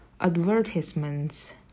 advertisements